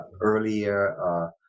earlier